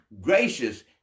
gracious